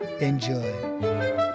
Enjoy